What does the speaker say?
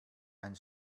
and